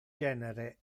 genere